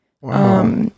Wow